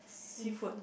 seafood